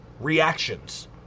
reactions